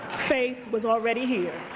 faith was already here